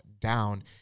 down